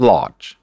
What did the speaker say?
Lodge